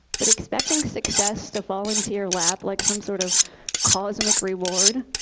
but expecting success to fall into your lap like some sort of cosmic reward,